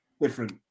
different